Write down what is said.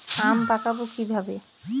আম পাকাবো কিভাবে?